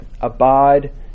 Abide